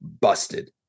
busted